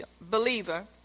Believer